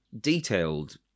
detailed